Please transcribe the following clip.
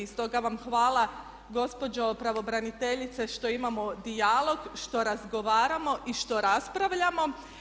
Stoga vam hvala gospođo pravobraniteljice što imamo dijalog i što razgovaramo i što raspravljamo.